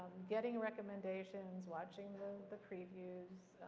getting recommendations, watching the the previews,